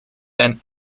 and